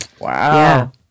Wow